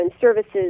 services